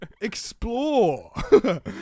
Explore